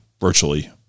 virtually